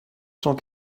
cent